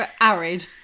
arid